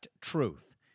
Truth